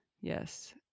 Yes